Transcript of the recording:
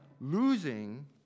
losing